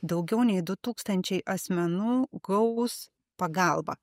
daugiau nei du tūkstančiai asmenų gaus pagalbą